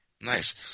Nice